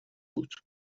بود